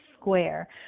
square